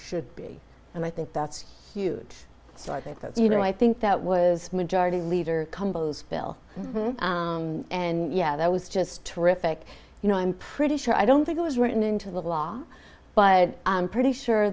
should be and i think that's huge so i think that even i think that was majority leader combos bill and yeah that was just terrific you know i'm pretty sure i don't think it was written into the law but i'm pretty sure